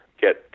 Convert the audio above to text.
get